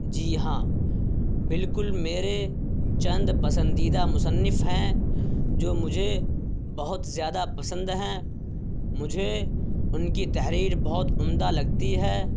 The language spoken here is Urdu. جی ہاں بالکل میرے چند پسندیدہ مصنف ہیں جو مجھے بہت زیادہ پسند ہیں مجھے ان کی تحریر بہت عمدہ لگتی ہے